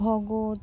Bhagat